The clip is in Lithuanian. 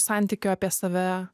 santykio apie save